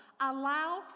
allow